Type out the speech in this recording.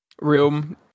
Room